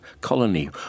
colony